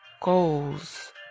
goals